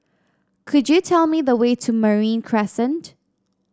could you tell me the way to Marine Crescent